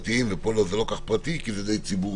פה זה לא כל כך פרטי כי זה די ציבורי.